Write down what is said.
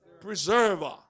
Preserver